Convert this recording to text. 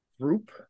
group